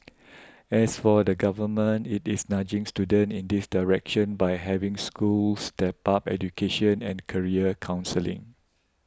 as for the Government it is nudging students in this direction by having schools step up education and career counselling